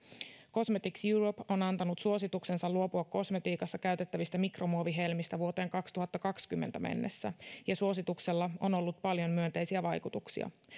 cosmetics europe on antanut suosituksensa luopua kosmetiikassa käytettävistä mikromuovihelmistä vuoteen kaksituhattakaksikymmentä mennessä ja suosituksella on ollut paljon myönteisiä vaikutuksia